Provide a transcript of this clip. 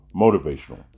motivational